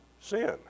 sin